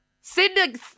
Sydney